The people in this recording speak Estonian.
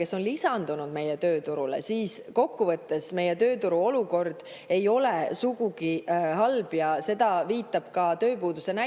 kes on lisandunud meie tööturule, siis kokkuvõttes meie tööturu olukord ei ole sugugi halb. Sellele viitavad ka tööpuuduse näitajad.